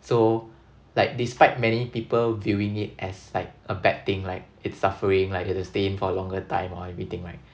so like despite many people viewing it as like a bad thing right it's suffering like it is staying for a longer time or everything right